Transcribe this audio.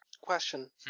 Question